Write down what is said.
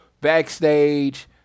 backstage